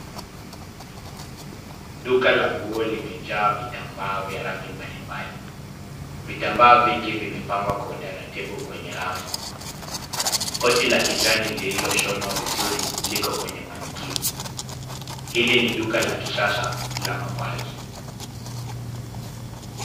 Duka la nguo limejaa vitambaa vya rangi mbalimbali. Vitambaa vingi vimepangwa kwa utaratibu kwenye rafu. Koti la kijani lililoshonwa vizuri liko kwenye manikini. Hili ni duka la kisasa la mavazi.